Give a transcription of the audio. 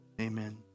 Amen